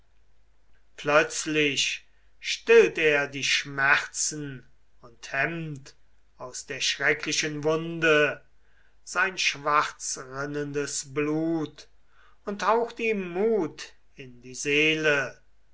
plötzlich stillt er die schmerzen und hemmt aus der schrecklichen wunde sein schwarzrinnendes blut und haucht ihm mut in die seele